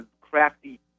crafty